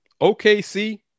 OKC